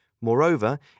Moreover